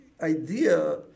idea